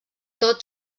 tot